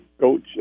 coach